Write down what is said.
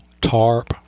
tarp